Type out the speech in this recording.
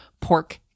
pork